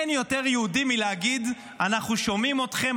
אין יותר יהודי מלהגיד: אנחנו שומעים אתכם,